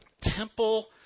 temple